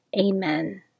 Amen